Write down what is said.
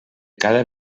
cada